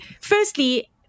firstly